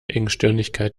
engstirnigkeit